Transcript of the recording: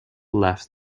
left